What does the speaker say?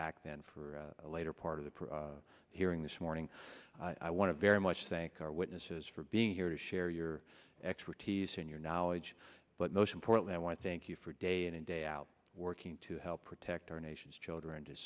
back then for later part of the hearing this morning i want to very much thank our witnesses for being here to share your expertise in your knowledge but most importantly i want to thank you for day in and day out working to help protect our nation's children to